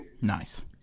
nice